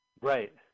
Right